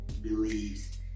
believes